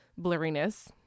blurriness